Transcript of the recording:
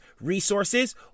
resources